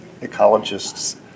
ecologists